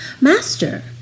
master